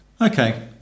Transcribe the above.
Okay